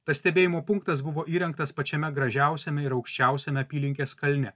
tas stebėjimo punktas buvo įrengtas pačiame gražiausiame ir aukščiausiame apylinkės kalne